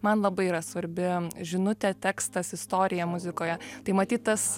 man labai yra svarbi žinutė tekstas istorija muzikoje tai matyt tas